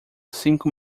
cinco